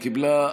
היא קיבלה.